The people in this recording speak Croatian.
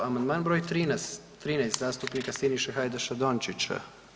Amandman broj 13. zastupnika Siniše Hajdaša Dončića.